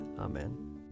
Amen